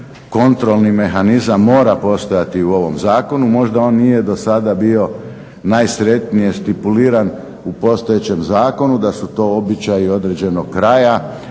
kontrolni mehanizam mora postojati i u ovom zakonu. Možda on nije dosada bio najsretnije stipuliran u postojećem zakonu da su to običaji određenog kraja,